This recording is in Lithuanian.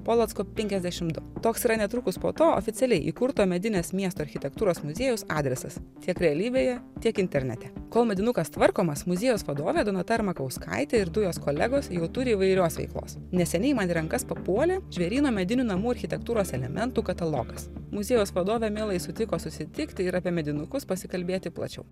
polocko penkiasdešim du toks yra netrukus po to oficialiai įkurto medinės miesto architektūros muziejaus adresas tiek realybėje tiek internete kol medinukas tvarkomas muziejaus vadovė donata armakauskaitė ir du jos kolegos jau turi įvairios veiklos neseniai man į rankas papuolė žvėryno medinių namų architektūros elementų katalogas muziejaus vadovė mielai sutiko susitikti ir apie medinukus pasikalbėti plačiau